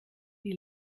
die